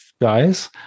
guys